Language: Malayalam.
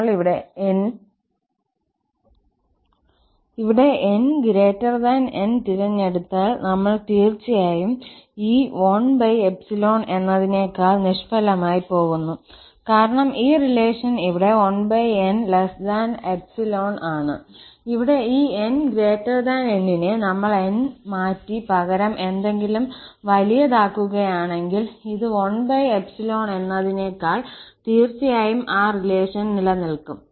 നമ്മൾ ഇവിടെ 𝑛 𝑁 തിരഞ്ഞെടുത്താൽനമ്മൾ തീർച്ചയായും ഈ 1 എന്നതിനേക്കാൾ നിഷ്ഫലമായി പോകുന്നു കാരണം ഈ റിലേഷൻ ഇവിടെ 1n∈ആണ് ഇവിടെ ഈ 𝑛𝑁 നെ നമ്മൾ N മാറ്റി പകരം എന്തെങ്കിലും വലിയതാക്കുകയാണെങ്കിൽ ഇത് 1 എന്നതിനേക്കാൾ തീർച്ചയായും ആ റിലേഷൻ നിലനിൽക്കും